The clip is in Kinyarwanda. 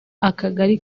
akagari